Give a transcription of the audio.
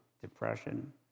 depression